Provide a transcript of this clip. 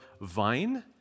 vine